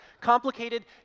complicated